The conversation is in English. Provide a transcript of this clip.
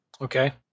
Okay